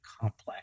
complex